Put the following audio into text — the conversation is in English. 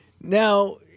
Now